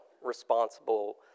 responsible